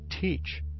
teach